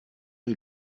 eut